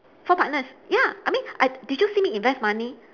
four partners ya I mean I did you see me invest money